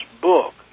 book